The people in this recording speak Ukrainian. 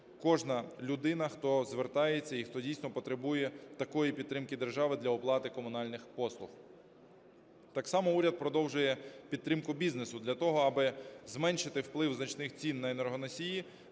кожна людина, хто звертається і хто дійсно потребує такої підтримки держави для оплати комунальних послуг. Так само уряд продовжує підтримку бізнесу для того, аби зменшити вплив значних цін на енергоносії.